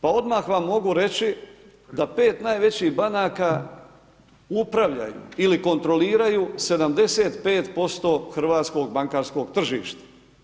Pa odmah vam mogu reći da 5 najvećih banaka upravljaju ili kontroliraju 75% hrvatskog bankarskog tržišta.